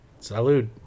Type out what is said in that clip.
Salud